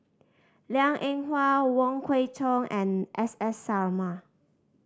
Liang Eng Hwa Wong Kwei Cheong and S S Sarma